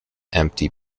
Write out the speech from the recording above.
empty